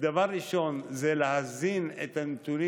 דבר ראשון זה להזין את הנתונים